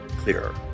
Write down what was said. clearer